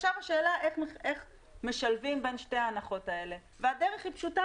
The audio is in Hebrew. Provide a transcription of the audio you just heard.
עכשיו השאלה איך משלבים בין שתי ההנחות האלה והדרך היא פשוטה,